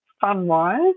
fun-wise